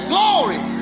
Glory